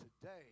Today